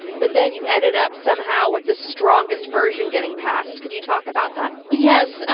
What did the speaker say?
but then you ended up somehow with the strongest version getting past. could you talk about that? yes.